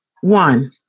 one